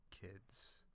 kids